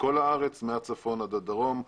בכל הארץ, מהצפון עד הדרום.